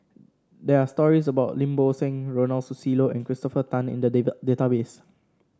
there are stories about Lim Bo Seng Ronald Susilo and Christopher Tan in the data database